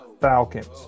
Falcons